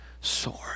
sword